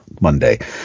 Monday